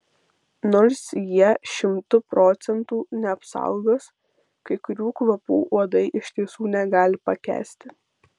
nors jie šimtu procentų neapsaugos kai kurių kvapų uodai iš tiesų negali pakęsti